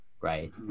right